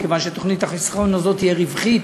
מכיוון שתוכנית החיסכון הזאת תהיה רווחית,